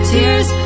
Tears